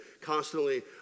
constantly